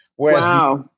Whereas